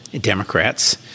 Democrats